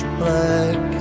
black